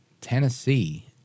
Tennessee